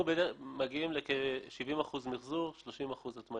אנחנו מגיעים לכ-70% מחזור, 30% הטמנה.